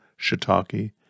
shiitake